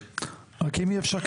רק אם אפשר,